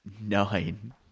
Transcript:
Nine